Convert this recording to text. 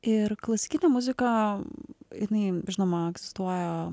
ir klasikinė muzika jinai žinoma egzistuoja